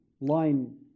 line